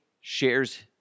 shares